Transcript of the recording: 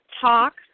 talk